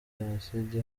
jenoside